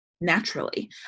naturally